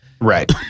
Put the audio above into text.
right